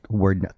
word